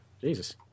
Jesus